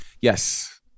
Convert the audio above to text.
Yes